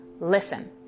Listen